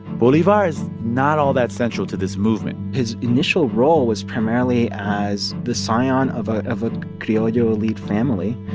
bolivar is not all that central to this movement his initial role was primarily as the scion of ah of a criollo elite family,